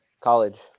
college